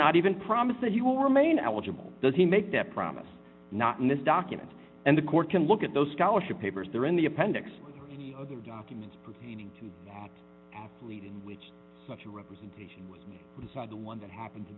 not even promise that he will remain eligible does he make that promise not in this document and the court can look at those scholarship papers there in the appendix documents pertaining to the lead in which the representation was inside the one that happened to